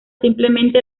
simplemente